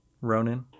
ronan